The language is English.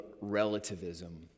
relativism